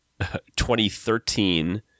2013